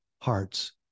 hearts